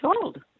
told